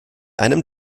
einem